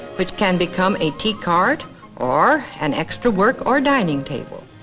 which can become a key card or an extra work or dining table.